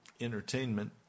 entertainment